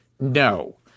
no